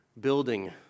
building